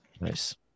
Nice